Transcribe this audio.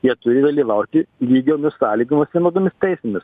jie turi dalyvauti lygiomis sąlygomis vienodomis teisėmis